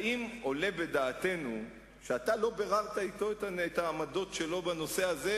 האם עולה בדעתנו שאתה לא ביררת אתו את העמדות שלו בנושא הזה,